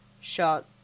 shot